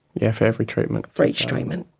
yeah, for every treatment. for each treatment.